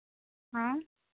हाँ